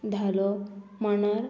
धालो मांडार